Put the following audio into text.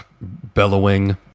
bellowing